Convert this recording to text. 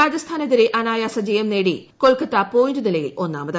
രാജസ്ഥാനെതിരെ അനായാസ ജയം നേടി കൊൽക്കത്ത പോയിന്റ് നിലയിൽ ഒന്നാമത്